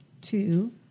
two